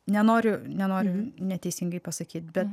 nenoriu nenoriu neteisingai pasakyti bet